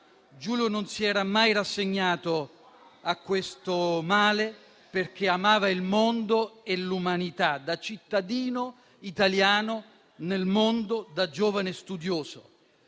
Giulio non si era mai rassegnato a questo male, perché amava il mondo e l'umanità, da cittadino italiano nel mondo, da giovane studioso.